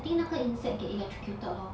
I think 那个 insect get electrocuted lor